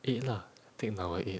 eight lah take number eight